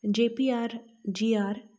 J P R G R